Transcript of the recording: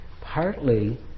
Partly